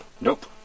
Nope